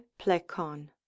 plecon